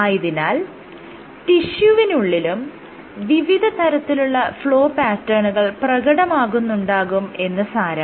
ആയതിനാൽ ടിഷ്യുവിനുള്ളിലും വിവിധതരത്തിലുള്ള ഫ്ലോ പാറ്റേണുകൾ പ്രകടമാകുന്നുണ്ടാകും എന്ന് സാരം